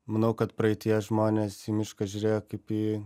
manau kad praeityje žmonės į mišką žiūrėjo kaip į